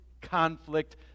conflict